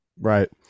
right